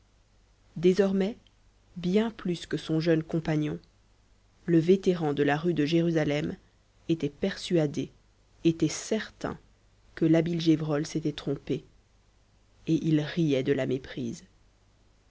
désormais bien plus que son jeune compagnon le vétéran de la rue de jérusalem était persuadé était certain que l'habile gévrol s'était trompé et il riait de la méprise